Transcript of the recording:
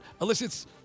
elicits